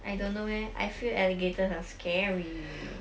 I don't know leh I feel alligator are scary